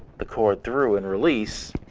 the cord through and release,